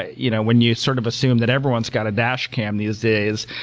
you know when you sort of assume that everyone's got a dash cam these days,